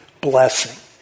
blessing